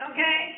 Okay